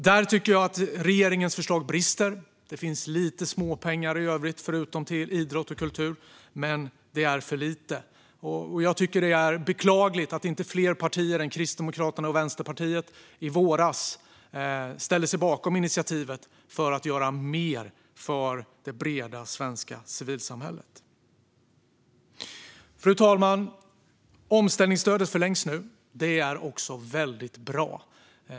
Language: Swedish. Där tycker jag att regeringens förslag brister. Det finns lite småpengar i övrigt förutom till idrott och kultur, men det är för lite. Det är beklagligt att inte fler partier än Kristdemokraterna och Vänsterpartiet i våras ställde sig bakom initiativet att göra mer för det breda svenska civilsamhället. Fru talman! Omställningsstödet förlängs nu. Det är också väldigt bra.